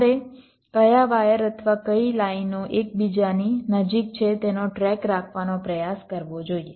તમારે કયા વાયર અથવા કઈ લાઇનો એકબીજાની નજીક છે તેનો ટ્રેક રાખવાનો પ્રયાસ કરવો જોઈએ